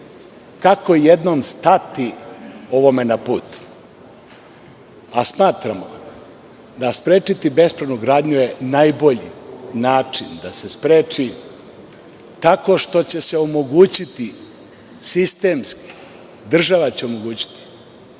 Kako jednom stati ovome na put, a smatramo da sprečiti bespravnu gradnju je najbolji način da se spreči tako što će se omogućiti sistemski, država će omogućiti